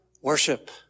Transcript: worship